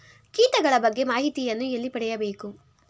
ಕೀಟಗಳ ಬಗ್ಗೆ ಮಾಹಿತಿಯನ್ನು ಎಲ್ಲಿ ಪಡೆಯಬೇಕು?